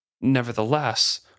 Nevertheless